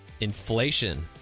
Inflation